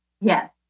Yes